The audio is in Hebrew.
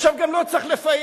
עכשיו גם לא צריך לפייס,